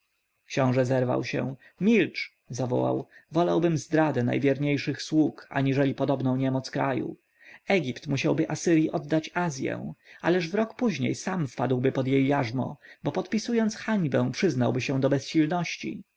książę zerwał się milcz zawołał wolałbym zdradę najwierniejszych sług aniżeli podobną niemoc kraju egipt musiałby asyrji oddać azję ależ w rok później sam wpadłby pod jej jarzmo bo podpisując hańbę przyznałby się do bezsilności